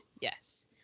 Yes